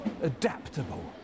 adaptable